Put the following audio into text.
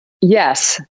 Yes